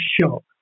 shock